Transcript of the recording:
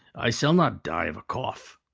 i shall not die of a cough,